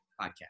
podcast